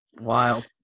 wild